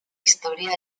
història